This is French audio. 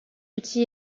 outil